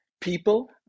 people